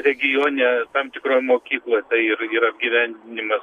regione tam tikroj mokykloj ir ir apgyvendinimas